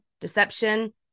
deception